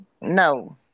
No